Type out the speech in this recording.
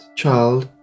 child